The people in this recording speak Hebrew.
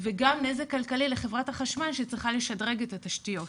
וגם נזק כלכלי לחברת החשמל שצריכה לשדרג את התשתיות,